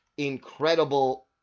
incredible